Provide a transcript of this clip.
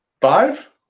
five